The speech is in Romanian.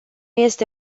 este